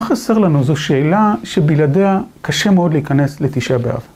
מה חסר לנו? זו שאלה שבלעדיה קשה מאוד להיכנס לתשעה באב.